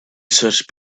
search